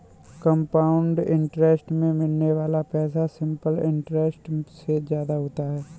compound interest में मिलने वाला पैसा सिंपल इंटरेस्ट से ज्यादा होता है